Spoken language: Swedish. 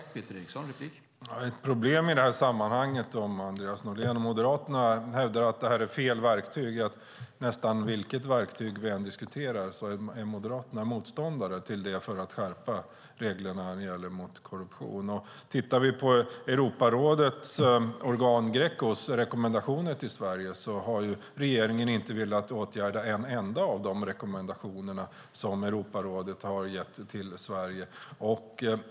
Herr talman! Andreas Norlén och Moderaterna hävdar att det här är fel verktyg. Ett problem i sammanhanget är att nästan vilket verktyg vi än diskuterar när det gäller att skärpa reglerna mot korruption är Moderaterna motståndare till det. Inte en enda av rekommendationerna till Sverige från Europarådets organ Greco har regeringen velat åtgärda.